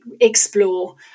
explore